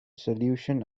solution